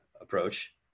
approach